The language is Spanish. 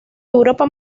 europa